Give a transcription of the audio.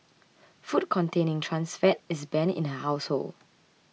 food containing trans fat is banned in her household